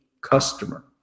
customer